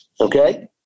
Okay